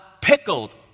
pickled